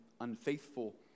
unfaithful